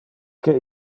que